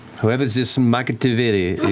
whoever this mike machiavelli,